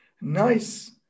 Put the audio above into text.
Nice